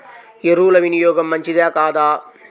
ఎరువుల వినియోగం మంచిదా కాదా?